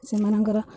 ସେମାନଙ୍କର